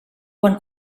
quan